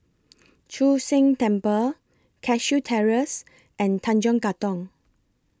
Chu Sheng Temple Cashew Terrace and Tanjong Katong